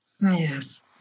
yes